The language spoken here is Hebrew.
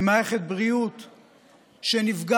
עם מערכת בריאות שנפגעת,